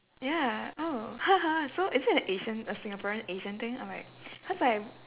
ya oh so is it an asian a singaporean asian thing or like cause like